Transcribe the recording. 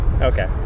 Okay